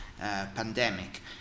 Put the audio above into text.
pandemic